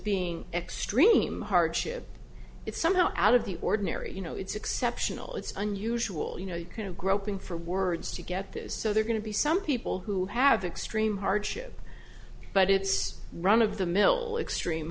being extreme hardship it's somehow out of the ordinary you know it's exceptional it's unusual you know kind of groping for words to get this so they're going to be some people who have extreme hardship but it's run of the mill extreme